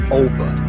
over